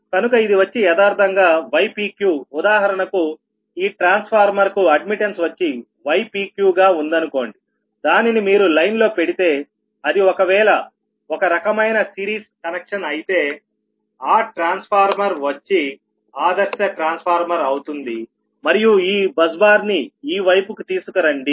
కనుక ఇది వచ్చి యదార్ధంగా ypqఉదాహరణకు ఈ ట్రాన్స్ఫార్మర్ కు అడ్మిట్టన్స్ వచ్చి ypqగా ఉందనుకోండి దానిని మీరు లైన్ లో పెడితే అది ఒక వేళ ఒక రకమైన సిరీస్ కనెక్షన్ అయితే ఆ ట్రాన్స్ఫార్మర్ వచ్చి ఆదర్శ ట్రాన్స్ఫార్మర్ అవుతుంది మరియు ఈ బస్ బార్ ని ఈ వైపుకి తీసుకురండి